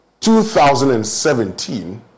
2017